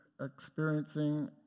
experiencing